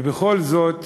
ובכל זאת